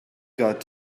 got